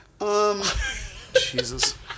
Jesus